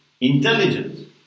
intelligent